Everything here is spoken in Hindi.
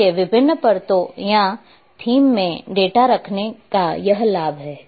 इसलिए विभिन्न परतों या थीम में डेटा रखने का यह लाभ है